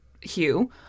Hugh